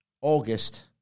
August